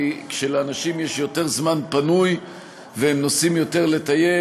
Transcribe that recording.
כי כשלאנשים יש יותר זמן פנוי והם נוסעים יותר לטייל,